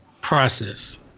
process